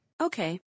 Okay